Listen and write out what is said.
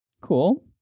Cool